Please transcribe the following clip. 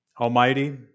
Almighty